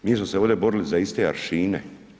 Mi smo se ovdje borili za iste aršine.